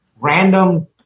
random